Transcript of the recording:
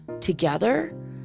together